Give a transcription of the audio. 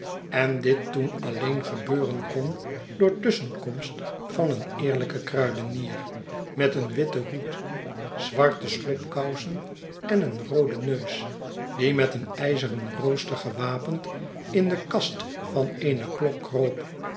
en dit toen alleen gebeuren kon door tusschenkomst van een eerlijken kruidenier met een witten hoed zwarte slopkousen en een rooden neus die met een ijzeren rooster gewapend in de kast van eene